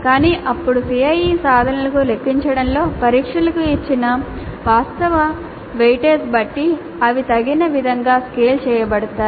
కానీ అప్పుడు CIE సాధనలను లెక్కించడంలో పరీక్షలకు ఇచ్చిన వాస్తవ బరువును బట్టి అవి తగిన విధంగా స్కేల్ చేయబడతాయి